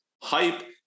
hype